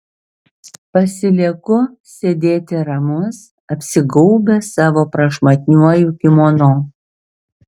pasilieku sėdėti ramus apsigaubęs savo prašmatniuoju kimono